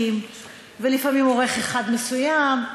ולפעמים עורך אחד מסוים,